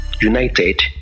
united